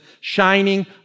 shining